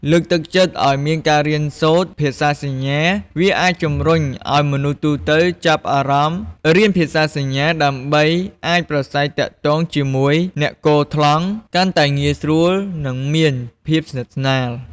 លើកទឹកចិត្តឲ្យមានការរៀនសូត្រភាសាសញ្ញា វាអាចជំរុញឲ្យមនុស្សទូទៅចាប់អារម្មណ៍រៀនភាសាសញ្ញា ដើម្បីអាចប្រាស្រ័យទាក់ទងជាមួយអ្នកគរថ្លង់កាន់តែងាយស្រួល នឹងមានភាពស្និតស្នាល ។